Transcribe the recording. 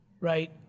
right